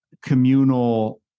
Communal